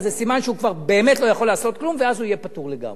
אז זה סימן שהוא כבר באמת לא יכול לעשות כלום ואז הוא יהיה פטור לגמרי.